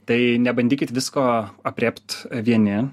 tai nebandykit visko aprėpt vieni